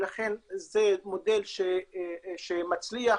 זה מודל שמצליח,